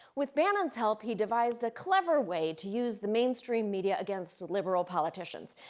with bannon's help, he devised a clever way to use the mainstream media against liberal politicians.